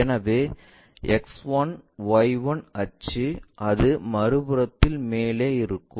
எனவே X1Y1 அச்சு அது மறுபுறத்தில் மேலே இருக்கும்